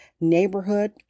neighborhood